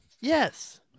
Yes